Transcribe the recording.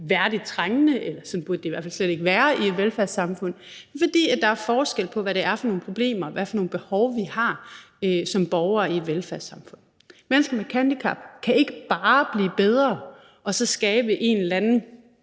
værdigt trængende – sådan burde det i hvert fald slet ikke være i et velfærdssamfund – men fordi der er forskel på, hvad det er for nogle problemer, og hvad det er for nogle behov, vi har, som borgere i et velfærdssamfund. Mennesker med handicap kan ikke bare blive bedre og skabe en eller anden